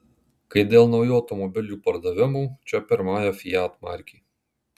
kai dėl naujų automobilių pardavimų čia pirmauja fiat markė